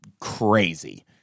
crazy